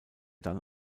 dann